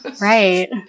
right